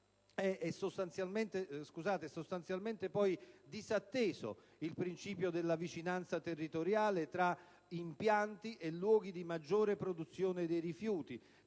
poi sostanzialmente disatteso il principio della vicinanza territoriale tra impianti e luoghi di maggiore produzione dei rifiuti,